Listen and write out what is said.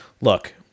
look